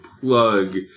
plug